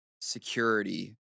security